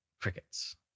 crickets